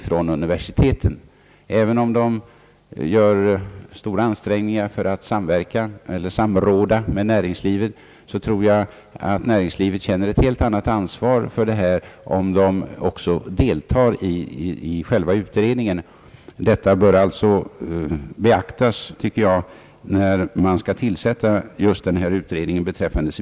även om utredare från universiteten gör stora ansträngningar för att samråda med näringslivet tror jag ändå att näringslivet känner ett helt annat ansvar om man också får deltaga i själva utredningen. Detta bör beaktas när utredningen beträffande civilingenjörsutbildningen skall tillsättas.